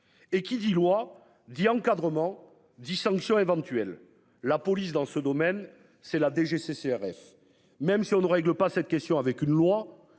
et qui dit loi dit encadrement dit sanction éventuelle la police dans ce domaine, c'est la Dgccrs. Même si on ne règle pas cette question avec une loi